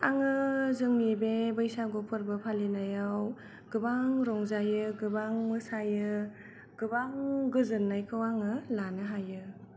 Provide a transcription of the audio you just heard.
आङो जोंनि बे बैसागु फोर्बो फालिनायाव गोबां रंजायो गोबां मोसायो गोबां गोजोन्नायखौ आङो लानो हायो